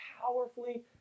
powerfully